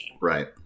right